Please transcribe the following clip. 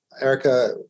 Erica